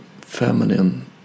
feminine